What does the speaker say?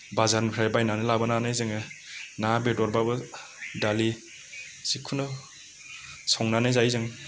बाजारनिफ्राय बायनानै लाबोनानै जोङो ना बेदरब्लाबो दालि जिखुनु संनानै जायो जों